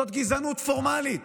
זאת גזענות פורמלית